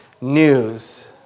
news